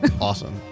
Awesome